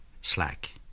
slack